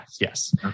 Yes